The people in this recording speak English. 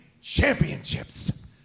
championships